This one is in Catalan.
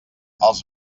els